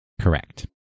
Correct